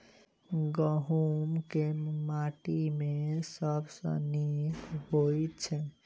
गहूम केँ माटि मे सबसँ नीक होइत छै?